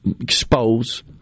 expose